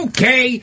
Okay